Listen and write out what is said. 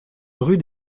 rue